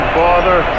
father